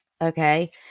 Okay